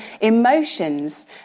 emotions